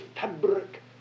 fabric